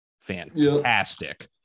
fantastic